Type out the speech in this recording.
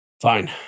fine